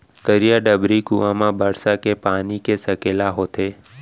तरिया, डबरी, कुँआ म बरसा के पानी के सकेला होथे